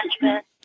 management